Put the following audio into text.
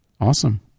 Awesome